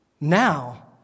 Now